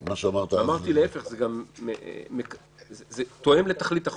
אמרתי, זה תואם לתכלית החוק,